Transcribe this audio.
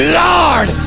lord